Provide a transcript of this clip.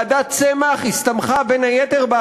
בין היתר,